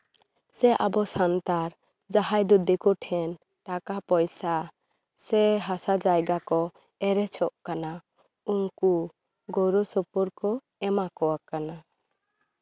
ᱥᱮ ᱟᱵᱚ ᱥᱟᱱᱛᱟᱲ ᱡᱟᱦᱟᱸᱭ ᱫᱚ ᱫᱤᱠᱩ ᱴᱷᱮᱱ ᱴᱟᱠᱟ ᱯᱚᱭᱥᱟ ᱥᱮ ᱦᱟᱥᱟ ᱡᱟᱭᱜᱟ ᱠᱚ ᱮᱲᱮᱡᱚᱜ ᱠᱟᱱᱟ ᱩᱱᱠᱩ ᱜᱚᱲᱚ ᱥᱚᱯᱚᱦᱚᱲ ᱠᱚ ᱮᱢᱟ ᱠᱚ ᱠᱟᱱᱟ